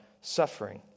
suffering